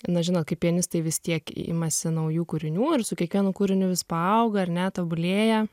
na žinot kai pianistai vis tiek imasi naujų kūrinių ir su kiekvienu kūriniu vis paauga ar ne tobulėja